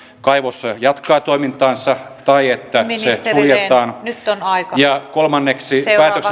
kaivos jatkaa toimintaansa tai että se suljetaan kolmanneksi